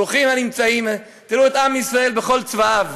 ברוכים הנמצאים, תראו את עם ישראל בכל צבעיו.